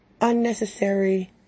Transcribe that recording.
unnecessary